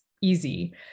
easy